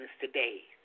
today